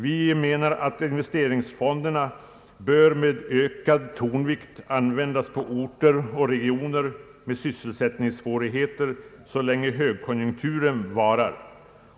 Vi menar att investeringsfonderna bör med ökad tonvikt användas på orter och inom regioner med sysselsättningssvårigheter så länge högkonjunkturen varar.